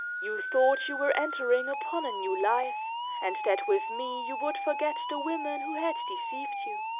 you thought you were entering upon a new life and that with me, you would forget the women who had deceived you.